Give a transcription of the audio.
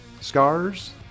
Scars